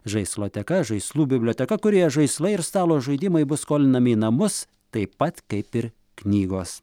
žaisloteka žaislų biblioteka kurioje žaislai ir stalo žaidimai bus skolinami į namus taip pat kaip ir knygos